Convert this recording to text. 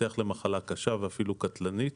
להתפתח למחלה קשה ואפילו קטלנית.